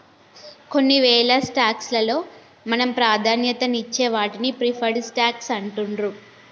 కొన్నివేల స్టాక్స్ లలో మనం ప్రాధాన్యతనిచ్చే వాటిని ప్రిఫర్డ్ స్టాక్స్ అంటుండ్రు